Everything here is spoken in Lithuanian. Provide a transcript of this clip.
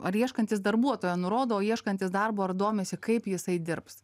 ar ieškantys darbuotojo nurodo o ieškantys darbo ar domisi kaip jisai dirbs